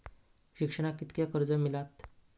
शिक्षणाक कीतक्या कर्ज मिलात?